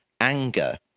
anger